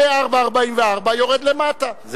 מ-4.44 יורד למטה,